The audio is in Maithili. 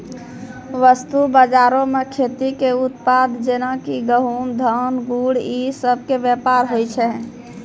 वस्तु बजारो मे खेती के उत्पाद जेना कि गहुँम, धान, गुड़ इ सभ के व्यापार होय छै